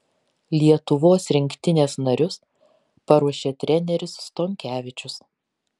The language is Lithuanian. lietuvos rinktinės narius paruošė treneris stonkevičius